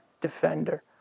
defender